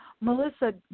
Melissa